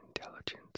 intelligence